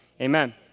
amen